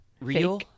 real